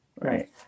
right